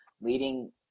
leading